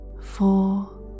Four